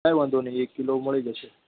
કાઇ વાંધો નહીં કિલો મળી જશે